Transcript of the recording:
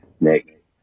Nick